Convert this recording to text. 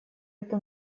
эту